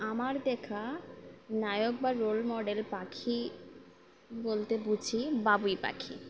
আমার দেখা নায়ক বা রোল মডেল পাখি বলতে বুঝি বাবুই পাখি